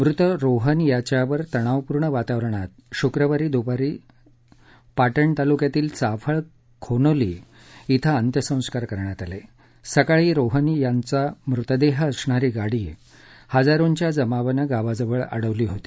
मृत रोहन यांच्यावर तनावपूर्ण वातावरणात शुक्रवारी दूपारी स्टार पाटण तालुकयातील चाफळ खोनोली यद्धधकेंत्यसस्कार करण्यात आलठ सकाळी रोहन यांच्या मृतदहा असणारी गाडी हजारोंच्या जमावान गिवाजवळ अडवली होती